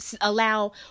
Allow